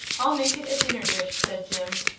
i'll make it a dinner dish, said jim.